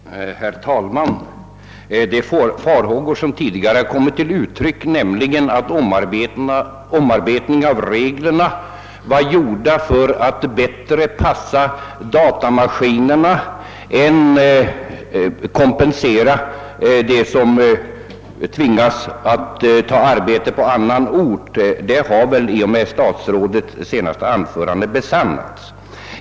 Herr talman! De farhågor som tidigare kommit till uttryck, nämligen att omarbetningen av reglerna snarare var gjord för att det hela bättre skulle passa datamaskinerna än för att kompensera dem som tvingas ta arbete på annan ort, har besannats genom vad statsrådet sade i sitt senaste anförande.